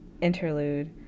interlude